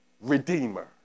redeemer